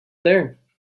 there